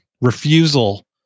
refusal